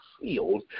field